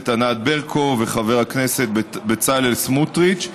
ענת ברקו וחבר הכנסת בצלאל סמוטריץ.